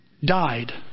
Died